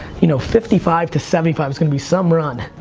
you know fifty five to seventy five is gonna be some run.